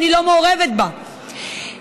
אני לא מעורבת בה,